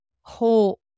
whole